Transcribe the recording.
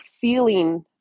feeling